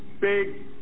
Big